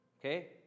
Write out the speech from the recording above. Okay